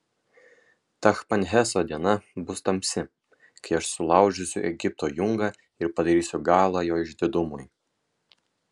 tachpanheso diena bus tamsi kai aš sulaužysiu egipto jungą ir padarysiu galą jo išdidumui